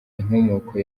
inkomoko